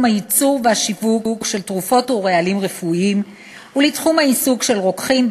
הייצור והשיווק של תרופות ורעלים רפואיים ולתחום העיסוק של רוקחים,